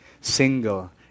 single